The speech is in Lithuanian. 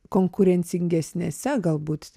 konkurencingesnėse galbūt